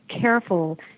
careful